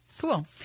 Cool